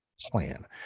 plan